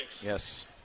Yes